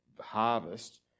harvest